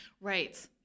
Right